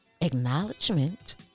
Acknowledgement